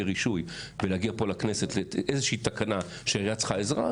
רישוי ולהגיע פה לכנסת לאיזושהי תקנה שהעירייה צריכה עזרה,